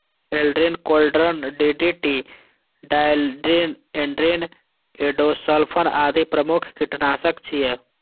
Aldrin, chlordane, DDT, dieldrin, endrin, endosulfan आदि प्रमुख कीटनाशक छियै